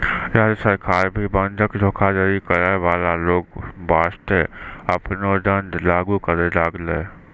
राज्य सरकार भी बंधक धोखाधड़ी करै बाला लोगो बासतें आपनो दंड लागू करै लागलै